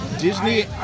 disney